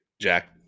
jack